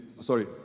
sorry